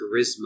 charisma